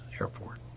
airport